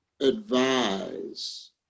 advise